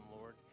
Lord